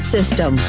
System